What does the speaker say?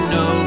no